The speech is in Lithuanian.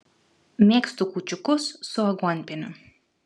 mėgstu kūčiukus su aguonpieniu